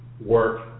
work